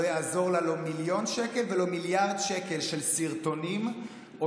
לא יעזרו לה מיליון שקל ולא מיליארד שקל של סרטונים או